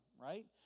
right